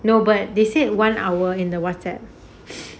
no but they said one hour in the whatsapp